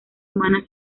humana